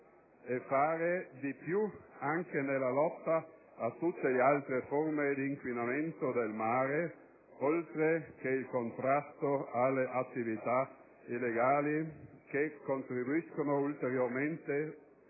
e fare di più anche nella lotta a tutte le altre forme di inquinamento del mare, oltre che il contrasto alle attività illegali che contribuiscono ulteriormente